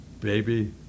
baby